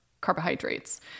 carbohydrates